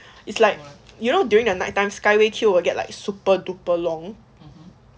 it's like you know during the night time skyway queue will get like super duper long